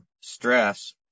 stress